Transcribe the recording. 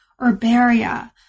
herbaria